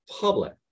public